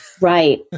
Right